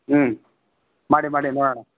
ಹ್ಞೂ ಮಾಡಿ ಮಾಡಿ ನೋಡೋಣ